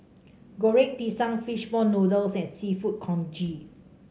Goreng Pisang fish ball noodles and seafood congee